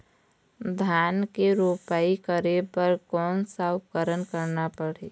धान के रोपाई करे बर कोन सा उपकरण करना चाही?